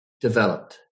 developed